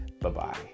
Bye-bye